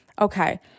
okay